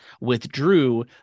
withdrew